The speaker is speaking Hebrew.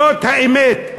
זאת האמת.